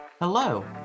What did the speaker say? Hello